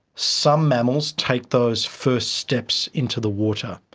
some mammals take those first steps into the water,